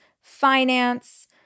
finance